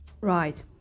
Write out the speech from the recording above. Right